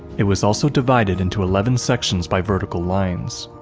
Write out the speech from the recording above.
it was also divided into eleven sections by vertical lines.